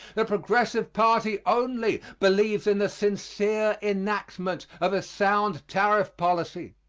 the progressive party only believes in the sincere enactment of a sound tariff policy.